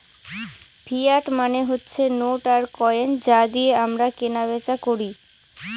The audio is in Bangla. ফিয়াট মানে হচ্ছে নোট আর কয়েন যা দিয়ে আমরা কেনা বেচা করি